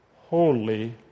holy